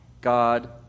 God